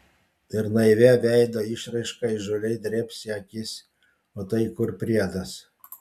ir naivia veido išraiška įžūliai drėbs į akis o tai kur priedas